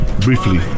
briefly